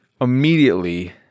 immediately